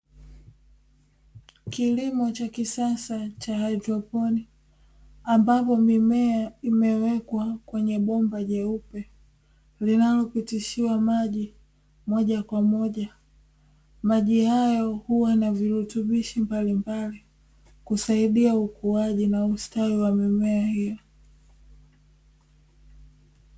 Kilimo cha kisasa cha haidroponi ambapo mimea imewekwa kwenye bomba jeupe, linalopitishiwa maji moja kwa moja. Maji hayo huwa na virutubishi mbalimbali kusaidia ukuaji na ustawi wa mimea hiyo.